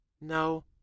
No